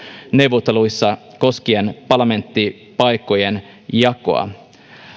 neuvotteluissa koskien parlamenttipaikkojen jakoa